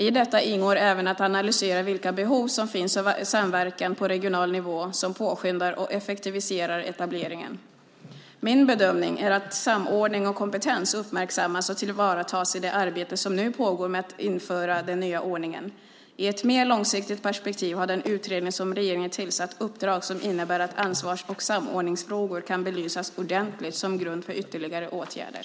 I detta ingår även att analysera vilka behov som finns av samverkan på regional nivå som påskyndar och effektiviserar etableringen. Min bedömning är att samordning och kompetens uppmärksammas och tillvaratas i det arbete som nu pågår med att införa den nya ordningen. I ett mer långsiktigt perspektiv har den utredning som regeringen tillsatt uppdrag som innebär att ansvars och samordningsfrågor kan belysas ordentligt som grund för ytterligare åtgärder.